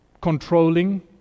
controlling